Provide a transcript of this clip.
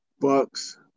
Bucks